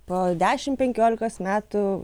po dešimt penkiolikos metų